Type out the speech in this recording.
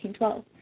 1812